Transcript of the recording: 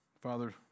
Father